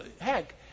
Heck